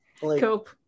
Cope